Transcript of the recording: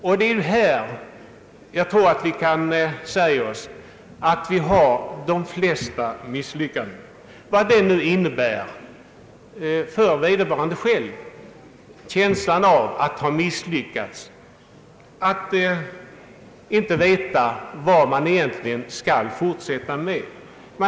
Jag tror att de flesta misslyckandena förekommer i samband med den omställningen, med allt vad det innebär för vederbörande själv — känslan av att ha misslyckats, att inte veta vad man skall fortsätta med osv.